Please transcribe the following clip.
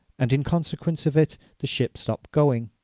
and in consequence of it the ship stopped going.